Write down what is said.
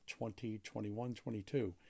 2021-22